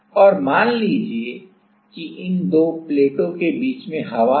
और मान लीजिए कि इन दो प्लेटों के बीच में हवा है